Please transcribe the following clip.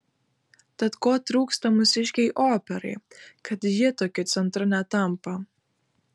tad ko trūksta mūsiškei operai kad ji tokiu centru netampa